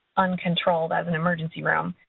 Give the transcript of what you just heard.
uncontrolled as an emergency room.